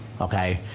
okay